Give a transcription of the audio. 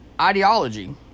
ideology